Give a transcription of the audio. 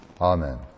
Amen